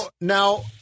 now